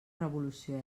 revolució